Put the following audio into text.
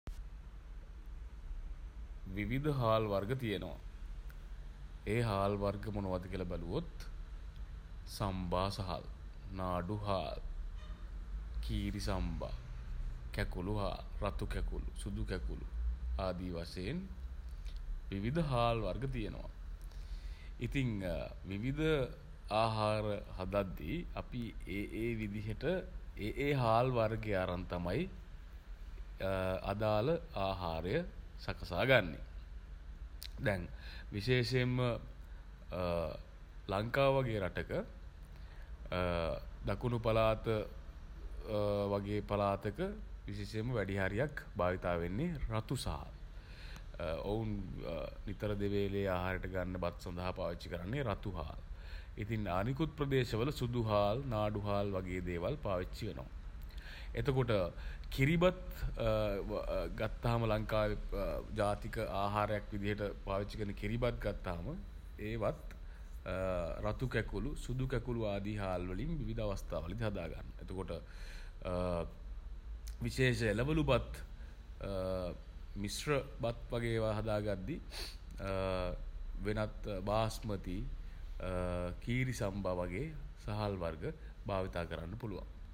විවිධ හාල් වර්ග තියෙනවා. ඒ හාල් වර්ග මොනවද කියලා බැලුවොත් සම්බා සහ නාඩු හාල් නො කීරි සම්බා කැකුළු හාල් රතු කැකුළු සුදු කැකුළු ආදී වශයෙන් විවිධ හාල් වර්ග තියෙනවා. ඉතින් විවිධ ආහාර හදද්දි අපි ඒ විදිහට ඒ ඒ හාල් වර්ගය අරන් තමයි අදාල ආහාරය සකසා ගන්නේ. දැන් විශේෂයෙන්ම ලංකාව වගේ රටක දකුණු පළාත වගේ පළාතක විශේෂයෙන්ම වැඩි හරියක් භාවිතා වෙන්නේ රතු සහල්. ඔවුන් නිතර දෙවේලේ ආහාරයට ගන්නෙ බත් සඳහා පාවිච්චි කරන්නේ රතු හාල්. ඉතින් අනිකුත් ප්‍රදේශවල සුදු හාල් නාඩු හාල් වගේ දේවල් පාවිච්චි වෙනවා. එතකොට කිරිබත් ගත්තහම ලංකාවේ ජාතික ආහාරයක් විදියට පාවිච්චි කරන කිරිබත් ගත්තහම ඒවත් රතු කැකුළු සුදු කැකුළු ආදී හාල්වලින් විවිධ අවස්ථාවලදී හදා ගන්නවා. එතකොට විශේෂ එළවළු බත් මිශ්‍ර බත් වගේ ඒවා හදාගද්දී වෙනත් බාස්මතී කීරි සම්බා වගේ සහල් වර්ග භාවිතා කරන්න පුළුවන්.